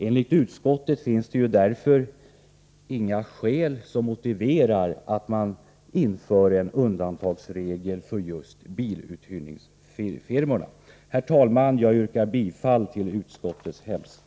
Enligt utskottet finns det därför ingenting som motiverar införandet av undantagsregler för just biluthyrningsfirmorna. Herr talman! Jag yrkar bifall till utskottets hemställan.